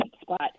spot